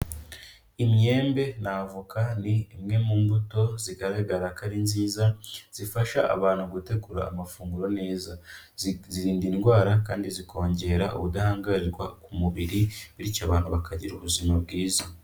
Imyembe na avoka ni imwe mu mbuto zigaragara ko ari nziza, zifasha abantu gutegura amafunguro neza. Zirinda indwara kandi zikongera ubudahangarwa ku mubiri, bityo abantu bakagira ubuzima bwiza.